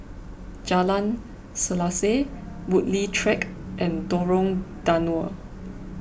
Jalan Selaseh Woodleigh Track and Lorong Danau